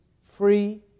free